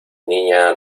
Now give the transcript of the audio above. niña